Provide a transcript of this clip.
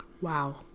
Wow